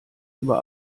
über